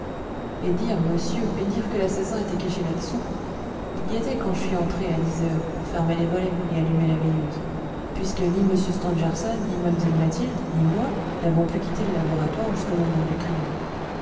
et dire monsieur et dire que l'assassin était caché làdessous il y était quand je suis entré à dix heures pour fermer les volets et allumer la veilleuse puisque ni m stangerson ni mlle mathilde ni moi n'avons plus quitté le laboratoire jusqu'au moment du crime